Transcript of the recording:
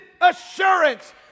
assurance